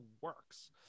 works